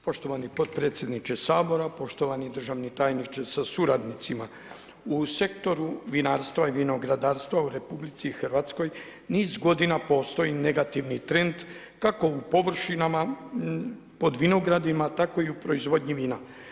Poštovani potpredsjedniče Sabora, poštovani državni tajniče sa suradnicima, u sektoru vinarstva i vinogradarstva u RH niz godina postoji negativni trend kako u površinama, pod vinogradima, tako i u proizvodnji vina.